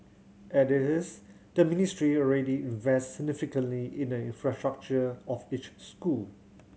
as it is the Ministry already invests significantly in the infrastructure of each school